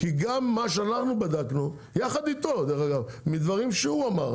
כי גם מה שאנחנו בדקנו יחד איתו דרך אגב מדברים שהוא אמר,